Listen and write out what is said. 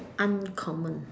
uncommon